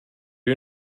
you